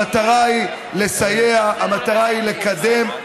המטרה היא לסייע, המטרה היא לקדם.